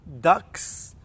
ducks